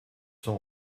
sans